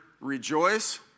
rejoice